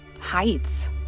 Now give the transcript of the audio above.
heights